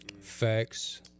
Facts